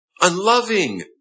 unloving